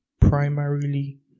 primarily